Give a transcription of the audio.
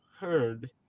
heard